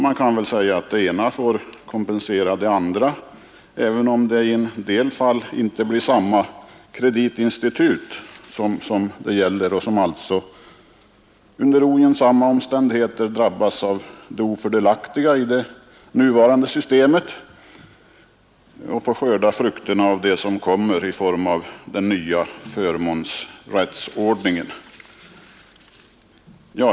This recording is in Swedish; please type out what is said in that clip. Man kan väl säga att det ena får kompensera det andra, även om det i en del fall inte blir samma kreditinstitut som drabbas av det ofördelaktiga i det nuvarande systemet och som får skörda frukterna av den nya förmånsrättsordningen.